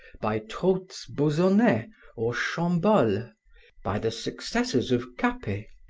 by trautz-bauzonnet or chambolle, by the successors of cape,